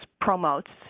promotes